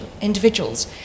individuals